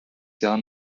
jahren